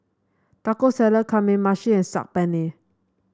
Taco Salad Kamameshi and Saag Paneer